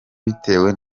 bitewe